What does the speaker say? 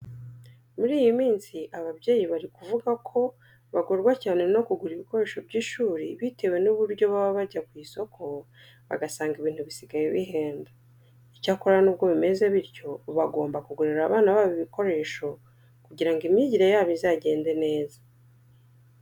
Muri iyi minsi ababyeyi bari kuvuga ko bagorwa cyane no kugura ibikoresho by'ishuri bitewe n'uburyo baba bajya ku isoko bagasanga ibintu bisigaye bihenda. Icyakora nubwo bimeze bityo, bagomba kugurira abana babo ibikoresho kugira ngo imyigire yabo izagende neza.